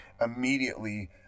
Immediately